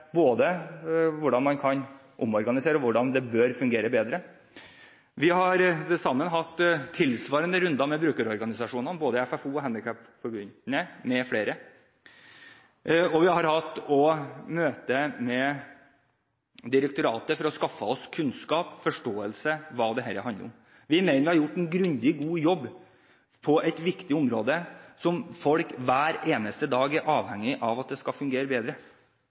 både FFO og Handikapforbundet m.fl., og vi har også hatt møter med direktoratet for å skaffe oss kunnskap og forståelse om hva dette handler om. Vi mener vi har gjort en grundig og god jobb på et viktig område som folk hver eneste dag er avhengig av at skal fungere bedre.